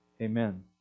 Amen